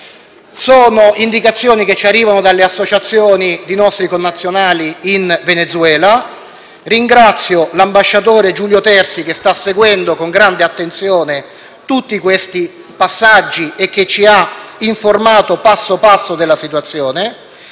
di indicazioni che ci arrivano dalle associazioni di nostri connazionali in Venezuela. Ringrazio l'ambasciatore Giulio Terzi, che sta seguendo con grande attenzione tutti questi passaggi e che ci ha informati passo passo di una situazione